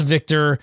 Victor